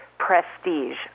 prestige